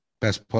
best